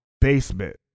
basement